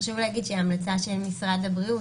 חשוב להגיד שההמלצה של משרד הבריאות,